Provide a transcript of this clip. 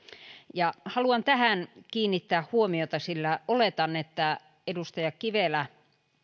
haluan tähän kiinnittää huomiota sillä oletan että edustaja kivelä